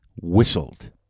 whistled